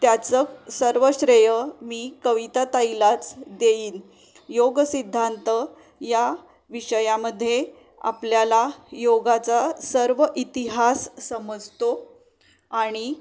त्याचं सर्व श्रेय मी कविता ताईलाच देईन योग सिद्धांत या विषयामध्ये आपल्याला योगाचा सर्व इतिहास समजतो आणि